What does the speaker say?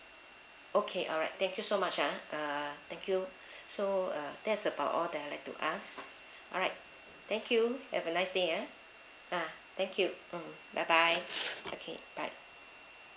okay alright thank you so much ah uh thank you so uh that's about all that I'd like to ask alright thank you you have a nice day ah ya thank you mm bye bye okay bye